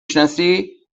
شناسی